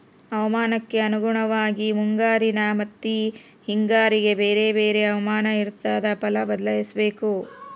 ಹವಾಮಾನಕ್ಕೆ ಅನುಗುಣವಾಗಿ ಮುಂಗಾರಿನ ಮತ್ತಿ ಹಿಂಗಾರಿಗೆ ಬೇರೆ ಬೇರೆ ಹವಾಮಾನ ಇರ್ತಾದ ಫಲ ಬದ್ಲಿಸಬೇಕು